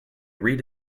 read